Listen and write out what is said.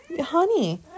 honey